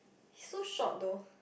is so short though